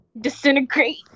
disintegrate